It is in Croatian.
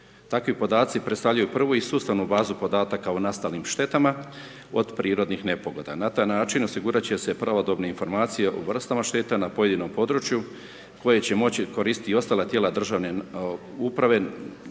Takvi podaci predstavljaju prvi i sustavnu bazu podataka o nastalim štetama od prirodnih nepogoda. Na taj način osigurat će se pravodobne informacije o vrstama šteta na pojedinom području koje će moći koristiti i ostala tijela državne uprave,